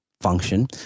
function